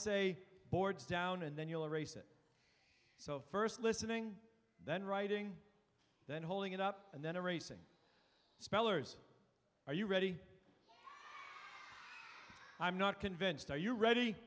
say boards down and then you'll race it so first listening and then writing then holding it up and then a racing spellers are you ready i'm not convinced are you ready